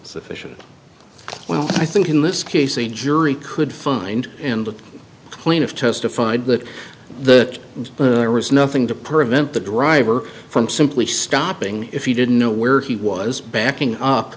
sufficient well i think in this case a jury could find in the plane of testified that the there was nothing to prevent the driver from simply stopping if he didn't know where he was backing up